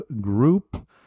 group